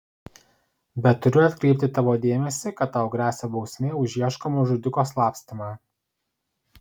bet turiu atkreipti tavo dėmesį kad tau gresia bausmė už ieškomo žudiko slapstymą